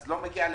אז לא מגיע להם,